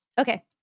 okay